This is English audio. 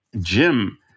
Jim